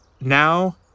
Now